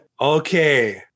okay